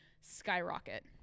skyrocket